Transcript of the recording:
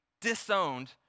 disowned